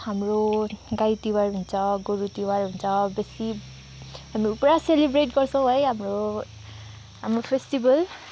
हाम्रो गाई तिहार हुन्छ गोरु तिहार हुन्छ बेसी हामीहरू पुरा सेलिब्रेट गर्छौँ है हाम्रो हाम्रो फेस्टिबल